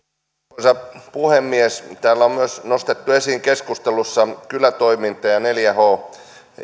arvoisa puhemies täällä on nostettu esiin keskustelussa myös kylätoiminta ja neljä h